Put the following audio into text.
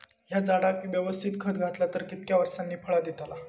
हया झाडाक यवस्तित खत घातला तर कितक्या वरसांनी फळा दीताला?